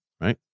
Right